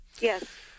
Yes